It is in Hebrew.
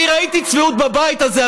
אני ראיתי צביעות בבית הזה,